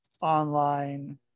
online